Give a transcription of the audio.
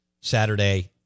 Saturday